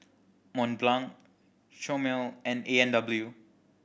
Mont Blanc Chomel and A and W